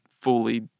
fully